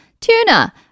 tuna